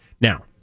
Now